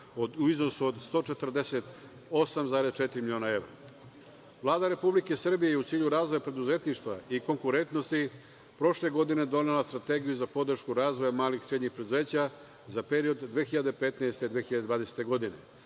u iznosu od 148,4 miliona evra. Vlada Republike Srbije je u cilju razvoja preduzetništva i konkurentnosti prošle godine donela Strategiju za podršku razvoja malih i srednjih preduzeća, za period 2015.-2020. godine